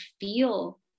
feel